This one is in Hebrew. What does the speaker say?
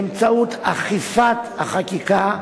באמצעות אכיפת החקיקה,